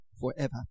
forever